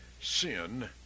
sin